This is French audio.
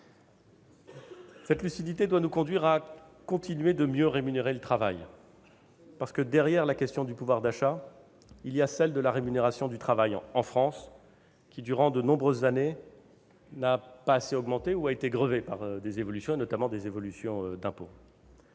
Cette lucidité doit nous conduire à continuer de mieux rémunérer le travail : derrière la question du pouvoir d'achat, il y a celle de la rémunération du travail en France, qui, durant de nombreuses années, n'a pas assez augmenté ou a été grevée par des évolutions, notamment des évolutions d'impôt.